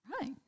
Right